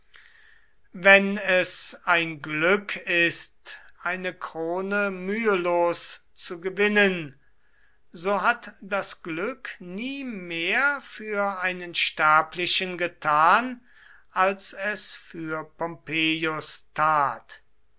wenn es ein glück ist eine krone mühelos zu gewinnen so hat das glück nie mehr für einen sterblichen getan als es für pompeius tat